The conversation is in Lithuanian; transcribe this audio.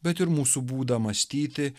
bet ir mūsų būdą mąstyti